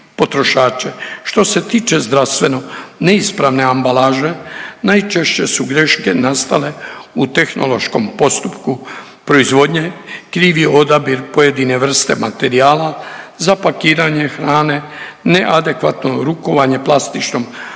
Što se tiče zdravstveno neispravne ambalaže najčešće su greške nastale u tehnološkom postupku proizvodnje, krivi odabir pojedine vrste materijala, za pakiranje hrane neadekvatno rukovanje plastičnom ambalažom,